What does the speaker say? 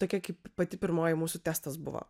tokia kaip pati pirmoji mūsų testas buvo